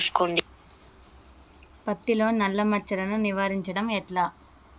పత్తిలో నల్లా మచ్చలను నివారించడం ఎట్లా?